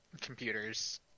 computers